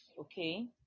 okay